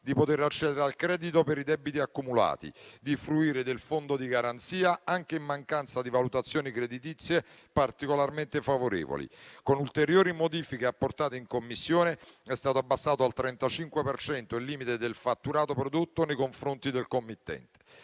di accedere al credito per i debiti accumulati e di fruire del fondo di garanzia anche in mancanza di valutazioni creditizie particolarmente favorevoli. Con ulteriori modifiche apportate in Commissione è stato abbassato al 35 per cento il limite del fatturato prodotto nei confronti del committente.